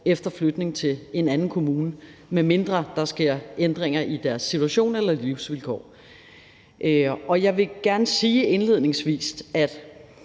efter flytning til en anden kommune, med mindre der sker ændringer i deres situation eller livsvilkår. Jeg vil gerne sige indledningsvis, at